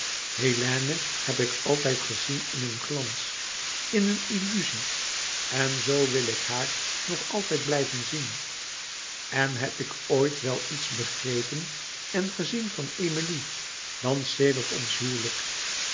hélène heb ik altijd gezien in een glans in een illuzie en zoo wil ik haar nog altijd blijven zien en heb ik ooit wel iets begrepen en gezien van emilie dan sedert ons huwelijk